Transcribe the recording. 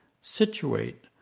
situate